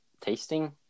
tasting